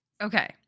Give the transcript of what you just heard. okay